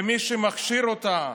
ומי שמכשיר אותה,